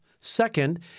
Second